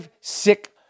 sick